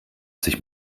sich